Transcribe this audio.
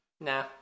nah